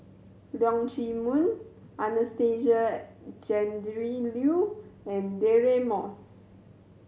Leong Chee Mun Anastasia Tjendri Liew and Deirdre Moss